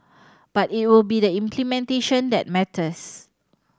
but it will be the implementation that matters